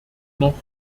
noch